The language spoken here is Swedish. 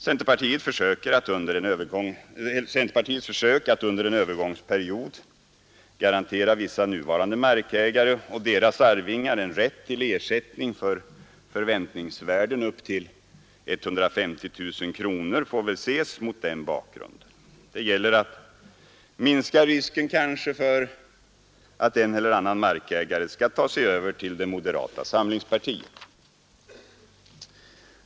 Centerpartiets försök att under en övergångsperiod garantera vissa nuvarande markägare och deras arvingar en rätt till ersättning för förväntningsvärden upp till 150 000 kronor får väl ses mot den bakgrunden. Det gäller att minska risken för att en eller annan markägare skall gå över till moderata samlingspartiet.